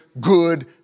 good